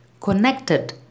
connected